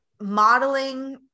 modeling